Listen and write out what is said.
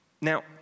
Now